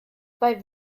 bei